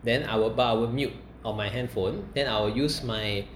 then I will bar I will mute my handphone then I'll use my